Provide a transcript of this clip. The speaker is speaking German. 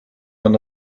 von